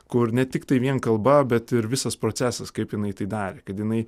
kur ne tiktai vien kalba bet ir visas procesas kaip jinai tai darė kad jinai